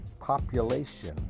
population